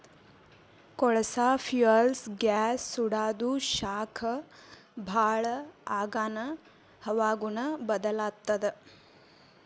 ಕೊಳಸಾ fuels gas ಸುಡಾದು ಶಾಖ ಭಾಳ್ ಆಗಾನ ಹವಾಗುಣ ಬದಲಾತ್ತದ